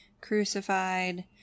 crucified